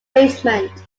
basement